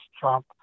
Trump